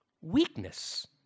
weakness